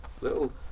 little